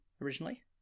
originally